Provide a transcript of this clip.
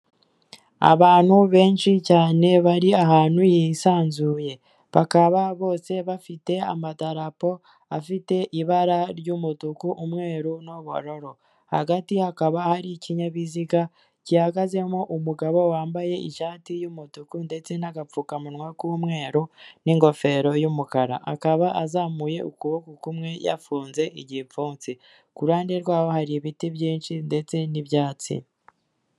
Abantu benshi cyane bari ahantu hisanzuye, bakaba bose bafite amadarapo afite ibara ry'umutuku, umweru n'uburoro hagati hakaba hari ikinyabiziga gihagazemo umugabo wambaye ishati y'umutuku ndetse n'agapfukamunwa k'umweru n'ingofero y'umukara, akaba azamuye ukuboko kumwe yafunze igipfunsi ku ruhande rwaho hari ibiti byinshi ndetse n'ibyatsi.